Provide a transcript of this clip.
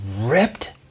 ripped